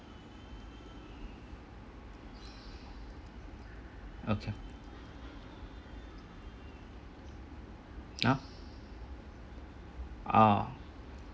okay now oh